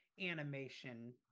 animation